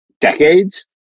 decades